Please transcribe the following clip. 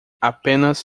apenas